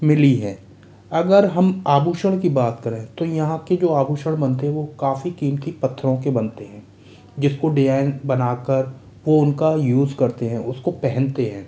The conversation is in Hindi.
मिली हैं अगर हम आभूषण की बात करें तो यहाँ के जो आभूषण बनते हैं तो काफ़ी कीमती पत्थरों के बनते हैं जिसको डिजाइन बनाकर वो उनका यूज़ करते हैं उसको पहनते हैं